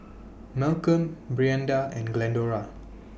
Malcolm Brianda and Glendora